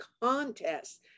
contests